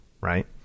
right